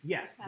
Yes